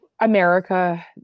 America